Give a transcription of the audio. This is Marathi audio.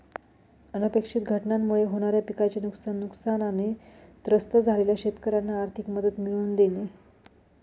अनपेक्षित घटनांमुळे होणाऱ्या पिकाचे नुकसान, नुकसानाने त्रस्त झालेल्या शेतकऱ्यांना आर्थिक मदत मिळवून देणे